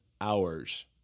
hours